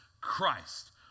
Christ